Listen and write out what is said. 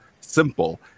simple